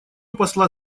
посла